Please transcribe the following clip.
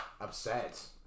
upset